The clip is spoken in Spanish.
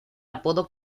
apodo